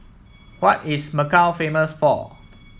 what is Macau famous for